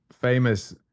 famous